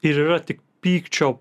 ir yra tik pykčio